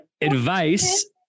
advice